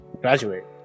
graduate